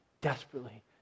desperately